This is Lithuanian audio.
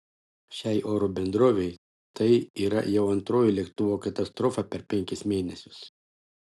šiai oro bendrovei tai yra jau antroji lėktuvo katastrofa per penkis mėnesius